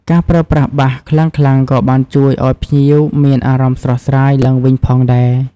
ការប្រើប្រាស់បាសខ្លាំងៗក៏បានជួយឱ្យភ្ញៀវមានអារម្មណ៍ស្រស់ស្រាយឡើងវិញផងដែរ។